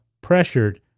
pressured